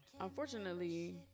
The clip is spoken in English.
unfortunately